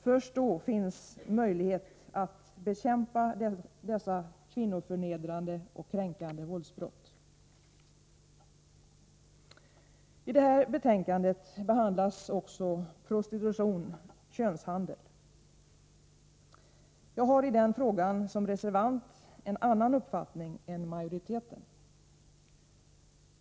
Först då finns möjlighet att bekämpa dessa kvinnoförnedrande och kränkande våldsbrott. I detta betänkande behandlas också prostitution-könshandel. Jag har i den frågan som reservant en annan uppfattning än majoriteten.